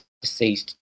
deceased